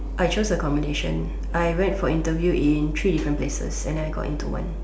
I choose accommodation I went for interview in three different places and I got into one